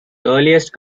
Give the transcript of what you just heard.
earliest